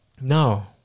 No